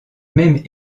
même